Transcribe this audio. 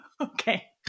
Okay